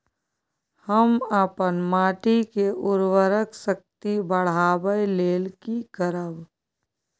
हम अपन माटी के उर्वरक शक्ति बढाबै लेल की करब?